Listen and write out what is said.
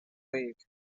league